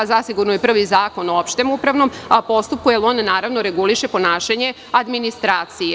Zasigurno je prvi Zakon o opštem upravnom postupku jer on, naravno, reguliše ponašanje administracije.